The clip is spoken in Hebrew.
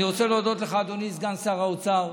אני רוצה להודות לך, אדוני סגן שר האוצר.